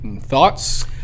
thoughts